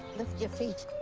lift your feet.